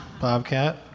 Bobcat